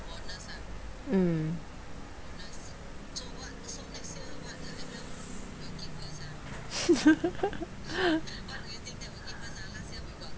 mm